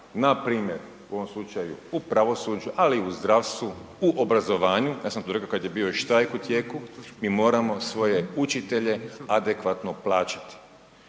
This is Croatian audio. Npr. u ovom slučaju u pravosuđu, ali i u zdravstvu, u obrazovanju, ja sam to rekao kada je bio i štrajk u tijeku, mi moramo svoje učitelje adekvatno plaćati.